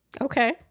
Okay